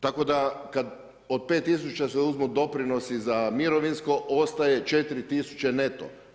Tako da kada od 5000 se uzmu doprinosi za mirovinsko ostane 4000 neto.